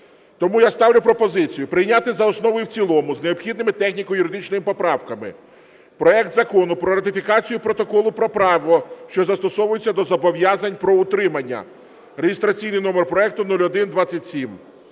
Тому я ставлю пропозицію прийняти за основу і в цілому з необхідними техніко-юридичними поправками проект Закону про ратифікацію Протоколу про право, що застосовується до зобов'язань про утримання (реєстраційний номер проекту 0127).